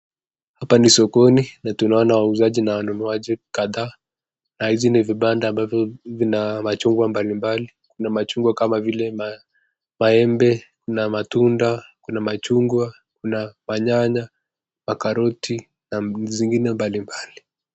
Hapa ni sokoni tunaona wauzaji na wanunuaji kadhaa, hizi ni vibanda ambavyo vina machungwa mbalimbali, kama vile maembe, matunda, kuna machungwa, nyanya ,karoti na vitu zingine mbalimbali.